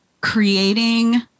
creating